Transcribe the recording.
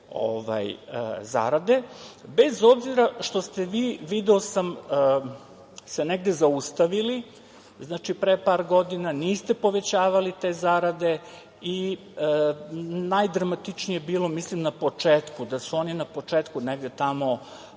zarade, bez obzira što ste se vi, video sam, negde zaustavili. Znači, pre par godina niste povećavali te zarade i najdramatičnije je bilo, mislim, na početku, da su oni na početku, negde tamo